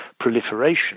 Proliferation